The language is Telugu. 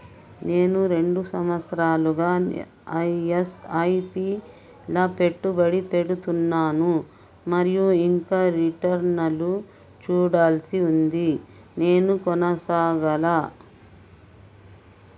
నేను రెండు సంవత్సరాలుగా ల ఎస్.ఐ.పి లా పెట్టుబడి పెడుతున్నాను మరియు ఇంకా రిటర్న్ లు చూడాల్సి ఉంది నేను కొనసాగాలా?